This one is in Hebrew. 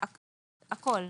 הכול.